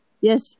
Yes